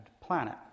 planet